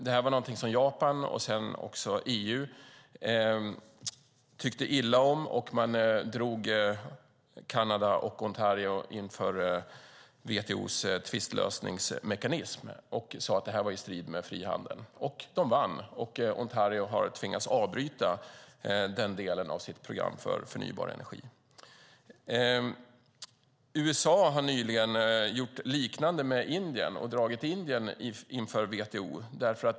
Det här var någonting som Japan och sedan också EU tyckte illa om. Man drog Kanada och Ontario inför WTO:s tvistlösningsmekanism och sade att detta stod i strid med frihandeln, och man vann. Ontario har därför tvingats avbryta den delen av sitt program för förnybar energi. USA har nyligen gjort något liknande med Indien.